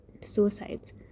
suicides